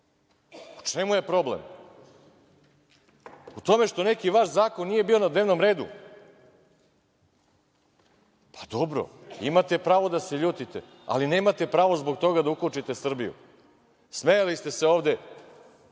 U čemu je problem? U tome što neki vaš zakon nije bio na dnevnom redu? Pa, dobro imate pravo da se ljutite, ali nemate pravo zbog toga da ukočite Srbiju. Smejali ste se ovde